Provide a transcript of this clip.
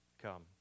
come